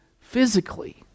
physically